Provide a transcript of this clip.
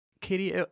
Katie